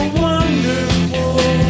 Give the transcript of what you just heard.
wonderful